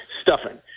Stuffing